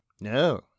no